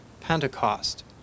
Pentecost